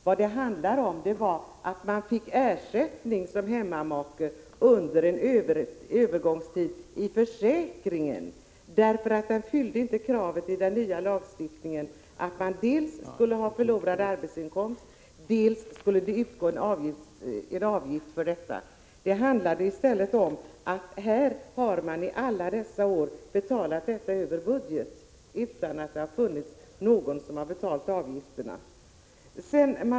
Vad det handlar om är att man fick ersättning som hemmamake under en övergångstid i försäkringen därför att den inte fyllde den nya lagstiftningens krav dels att man skulle ha ersättning för förlorad arbetsinkomst, dels att det skulle utgå en avgift för detta. Det handlar i stället om att man under alla år betalat detta över budget utan att det har funnits någon som har betalat avgifterna.